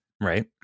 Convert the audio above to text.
Right